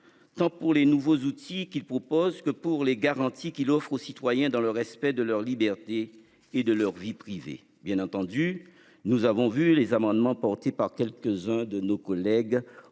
Tant pour les nouveaux outils qu'qui propose que pour les garanties qu'il offre aux citoyens dans le respect de leur liberté et de leur vie privée. Bien entendu nous avons vu les amendements apportés par quelques-uns de nos collègues